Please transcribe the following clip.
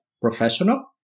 professional